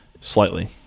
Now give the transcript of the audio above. Slightly